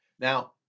Now